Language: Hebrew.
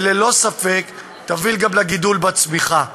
וללא ספק תביא גם גידול בצמיחה.